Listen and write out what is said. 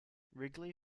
wrigley